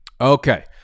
Okay